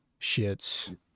shits